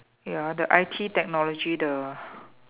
ya the I_T technology the